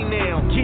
now